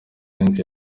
minsi